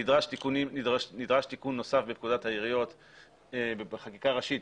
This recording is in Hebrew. נדרש תיקון נוסף בפקודת העיריות ובחקיקה הראשית,